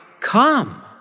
come